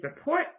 support